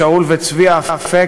שאול וצביה אפק,